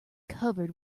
covered